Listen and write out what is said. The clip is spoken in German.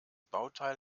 bauteil